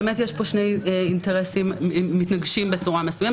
באמת יש כאן שני אינטרסים מתנגשים בצורה מסוימת.